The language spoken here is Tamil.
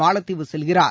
மாலத்தீவு செல்கிறார்